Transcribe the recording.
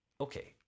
Okay